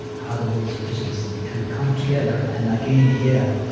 how the world's religions and and kind of come together. and again here,